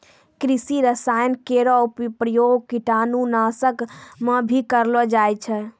कृषि रसायन केरो प्रयोग कीटाणु नाशक म भी करलो जाय छै